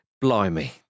Blimey